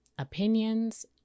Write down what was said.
opinions